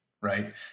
right